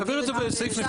להעביר את זה בסעיף נפרד.